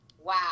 Wow